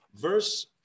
Verse